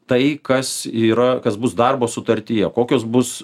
tai kas yra kas bus darbo sutartyje kokios bus